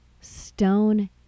stone